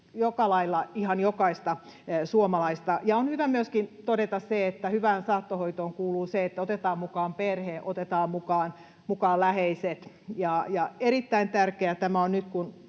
joka lailla ihan jokaista suomalaista. On hyvä myöskin todeta se, että hyvään saattohoitoon kuuluu se, että otetaan mukaan perhe, otetaan mukaan läheiset, ja erittäin tärkeää tämä on nyt,